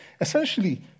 essentially